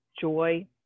joy